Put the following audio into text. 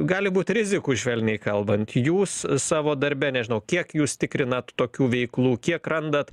gali būt rizikų švelniai kalbant jūs savo darbe nežinau kiek jūs tikrinat tokių veiklų kiek randat